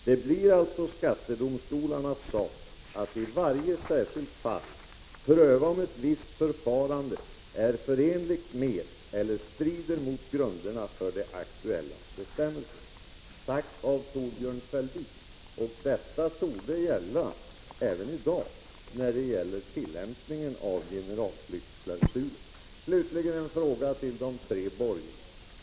——— Det blir alltså skattedomstolarnas sak att i varje särskilt fall pröva om ett visst förfarande är förenligt med eller strider mot grunderna för de aktuella bestämmelserna.” Detta är sagt av Thorbjörn Fälldin, och det torde gälla även i dag i fråga om tillämpningen av generalflyktklausulen. 57 Slutligen en fråga till de tre borgerliga talesmännen.